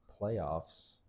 playoffs